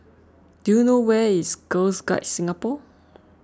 do you know where is Girs Guides Singapore